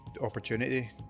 opportunity